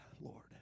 Lord